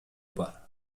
бар